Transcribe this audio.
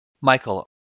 Michael